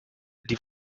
die